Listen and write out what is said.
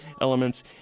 elements